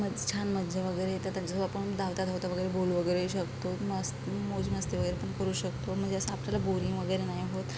मज छान मजा वगैरे येते त्यांच्यासोबत आपण धावता धावता वगैरे बोलू वगैरे शकतो मस्त मोज मस्ती वगैरे पण करू शकतो म्हणजे असं आपल्याला बोरिंग वगैरे नाही होत